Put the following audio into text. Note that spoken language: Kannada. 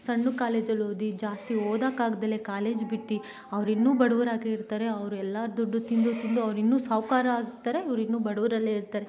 ಸಣ್ಣ ಕಾಲೇಜಲ್ಲಿ ಓದಿ ಜಾಸ್ತಿ ಓದಕ್ಕಾಗ್ದಲೇ ಕಾಲೇಜ್ ಬಿಟ್ಟು ಅವ್ರಿನ್ನೂ ಬಡವ್ರಾಗೇ ಇರ್ತಾರೆ ಅವ್ರೆಲ್ಲಾರು ದುಡ್ಡು ತಿಂದೂ ತಿಂದೂ ಅವ್ರಿನ್ನೂ ಸಾಹುಕಾರ ಆಗ್ತಾರೆ ಇವರಿನ್ನು ಬಡವ್ರಲ್ಲೇ ಇರ್ತಾರೆ